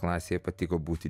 klasėje patiko būti